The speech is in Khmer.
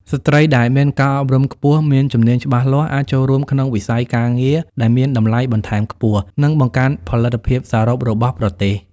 ស្ត្រីដែលមានការអប់រំខ្ពស់មានជំនាញច្បាស់លាស់ អាចចូលរួមក្នុងវិស័យការងារដែលមានតម្លៃបន្ថែមខ្ពស់ និងបង្កើនផលិតភាពសរុបរបស់ប្រទេស។